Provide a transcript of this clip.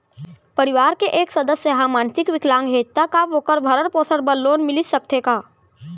परवार के एक सदस्य हा मानसिक विकलांग हे त का वोकर भरण पोषण बर लोन मिलिस सकथे का?